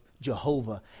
Jehovah